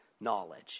knowledge